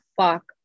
fuck